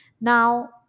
Now